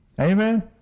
Amen